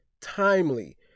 timely